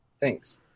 Thanks